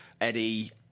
Eddie